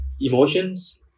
emotions